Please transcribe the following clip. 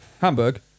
hamburg